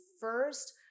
first